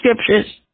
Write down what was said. scriptures